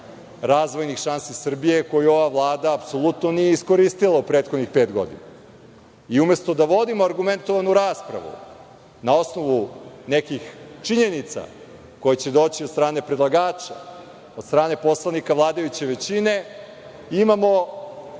razvojnih šansi Srbije koju ova Vlada apsolutno nije iskoristila u prethodnih pet godina.I umesto da vodimo argumentovanu raspravu na osnovu nekih činjenica koje će doći od strane predlagača, od strane poslanika vladajuće većine, imamo